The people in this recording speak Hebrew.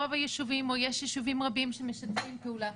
יש ישובים רבים שמשתפים פעולה,